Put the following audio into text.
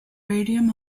radium